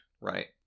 Right